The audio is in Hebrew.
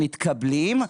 מתקבלים,